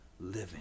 living